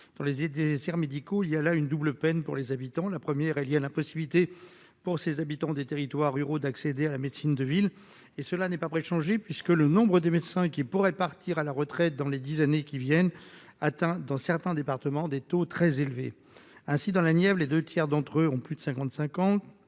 dans les idées, médicaux, il y a là une double peine pour les habitants, la première est liée à la possibilité pour ces habitants des territoires ruraux d'accéder à la médecine de ville et cela n'est pas près de changer, puisque le nombre de médecins qui pourraient partir à la retraite dans les 10 années qui viennent, atteint dans certains départements, des taux très élevés ainsi dans la Nièvre, les 2 tiers d'entre eux ont plus de 55 ans,